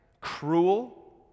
cruel